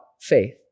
faith